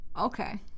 Okay